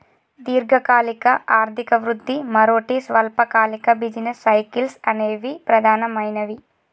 దీర్ఘకాలిక ఆర్థిక వృద్ధి, మరోటి స్వల్పకాలిక బిజినెస్ సైకిల్స్ అనేవి ప్రధానమైనవి